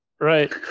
right